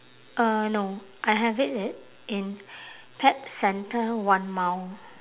uh no I have it it in pet centre one mile